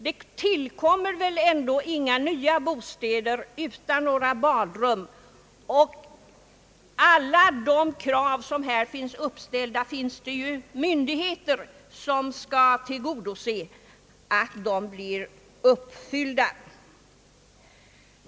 .Det byggs väl ändå inga nya bostäder utan badrum, och det finns ju myndigheter som skall tillgodose att alla de krav, som här uppställts, blir uppfyllda.